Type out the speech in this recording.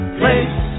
place